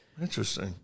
Interesting